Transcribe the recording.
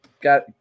got